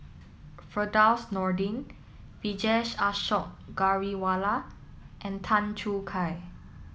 Firdaus Nordin Vijesh Ashok Ghariwala and Tan Choo Kai